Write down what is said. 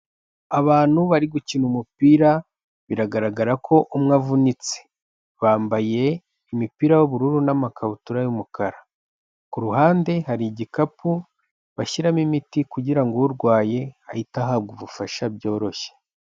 Abantu bari gukina umupira, biragaragara ko umwe avunitse. Bambaye imipira y’ubururu n’amakabutura y’umukara. Kuruhande hari igikapu bashyiramo imiti, kugirango urwaye ahita ahabwa ubufasha byoroshye.